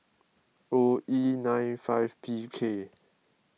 O E nine five P K